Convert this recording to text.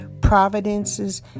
providences